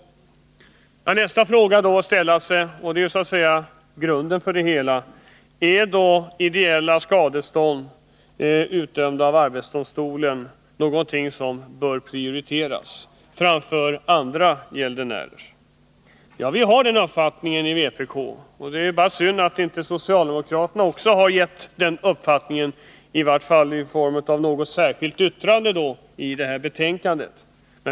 Nästa fråga att ställa sig — och det är så att säga grunden till det hela — är om ideella skadestånd, utdömda av arbetsdomstolen, är någonting som bör Nr 41 prioriteras framför andra gäldenärers krav. Ja, vi har den uppfattningen i Torsdagen den vpk. Det är bara synd att inte också socialdemokraterna har gett uttryck för 4 december 1980 samma uppfattning genom att t.ex. avge ett särskilt yttrande till betänkandet.